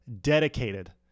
dedicated